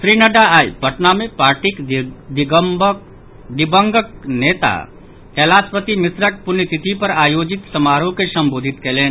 श्री नड्डा आइ पटना मे पार्टीक दिवंगत नेता कैलाशपति मिश्रक पुण्यतिथि पर आयोजित समारोह के संबोधित कयलनि